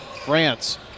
France